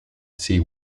see